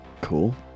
cool